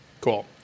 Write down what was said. Cool